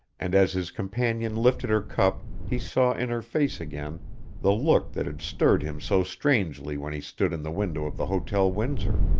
and as his companion lifted her cup he saw in her face again the look that had stirred him so strangely when he stood in the window of the hotel windsor.